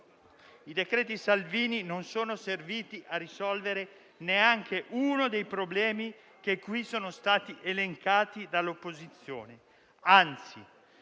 i decreti Salvini non sono serviti a risolvere neanche uno dei problemi qui elencati dall'opposizione.